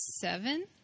seven